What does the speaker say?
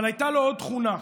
אבל הייתה לו עוד תכונה,